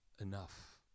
enough